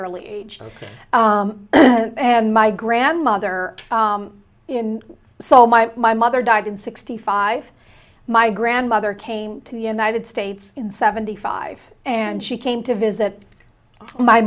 early age and my grandmother so my my mother died in sixty five my grandmother came to united states in seventy five and she came to visit my